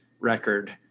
record